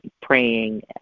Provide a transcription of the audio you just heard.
praying